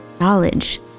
knowledge